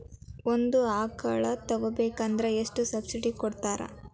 ಒಂದು ಆಕಳ ತಗೋಬೇಕಾದ್ರೆ ಎಷ್ಟು ಸಬ್ಸಿಡಿ ಕೊಡ್ತಾರ್?